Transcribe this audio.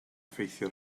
effeithio